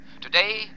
Today